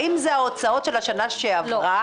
האם זה ההוצאות של השנה שעברה?